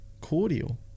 cordial